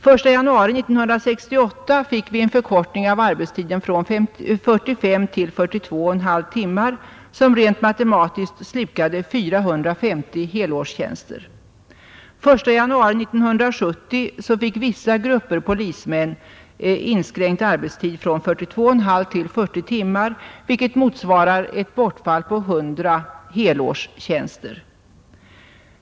Den 1 januari 1968 fick vi en förkortning av arbetstiden från 45 till 42,5 timmar som rent matematiskt slukade 450 helårstjänster. Den 1 januari 1970 fick vissa grupper polismän inskränkt arbetstid från 42,5 timmar till 40 timmar, vilket motsvarar ett bortfall på 100 helårstjänster.